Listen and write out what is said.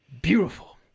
Beautiful